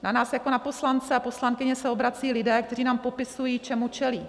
Na nás jako na poslance a poslankyně se obracejí lidé, kteří nám popisují, čemu čelí.